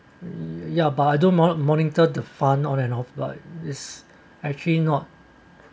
ya but I don't mon~ monitor to fund on and off like is actually not